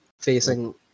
facing